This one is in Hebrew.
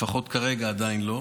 לפחות כרגע עדיין לא.